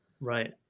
Right